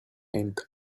and